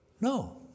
No